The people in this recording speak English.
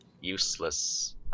useless